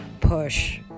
push